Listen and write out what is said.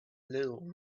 little